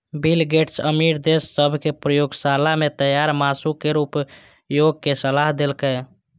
bill Gates अमीर देश सभ कें प्रयोगशाला मे तैयार मासु केर उपभोगक सलाह देलकैए